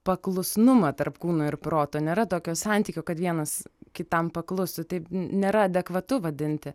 paklusnumą tarp kūno ir proto nėra tokio santykio kad vienas kitam paklustų taip nėra adekvatu vadinti